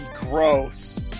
gross